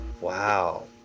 Wow